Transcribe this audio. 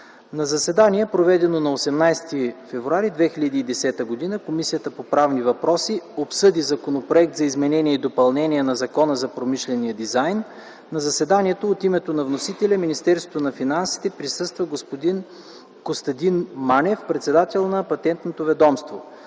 „На заседание, проведено на 18.02.2010 г., Комисията по правни въпроси обсъди Законопроект за изменение и допълнение на Закона за промишления дизайн. На заседанието от името на вносителя – Министерството на финансите, присъства господин Костадин Манев, председател на Патентното ведомство.